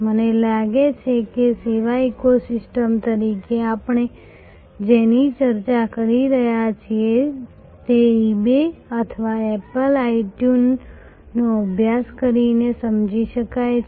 મને લાગે છે કે સેવા ઇકોસિસ્ટમ તરીકે આપણે જેની ચર્ચા કરી રહ્યા છીએ તે ઇબે અથવા એપલ આઇટ્યુનનો અભ્યાસ કરીને સમજી શકાય છે